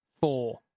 four